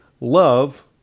love